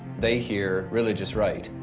they hear religious right,